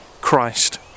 Christ